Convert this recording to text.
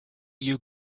you